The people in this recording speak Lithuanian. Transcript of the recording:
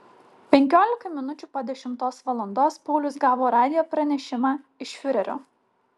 penkiolika minučių po dešimtos valandos paulius gavo radijo pranešimą iš fiurerio